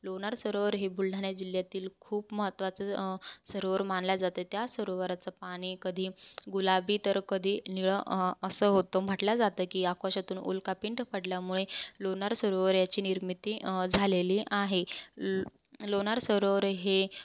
लोणार सरोवर हे बुलढाणा जिल्हातील खूप महत्त्वाचं सरोवर मानले जाते त्या सरोवराचं पाणी कधी गुलाबी तर कधी निळं असं होतं म्हटलं जातं की आकाशातून उल्का पिंड पडल्यामुळे लोणार सरोवर याची निर्मिती झालेली आहे लोणार सरोवर हे